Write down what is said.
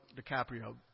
DiCaprio